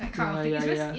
ya ya ya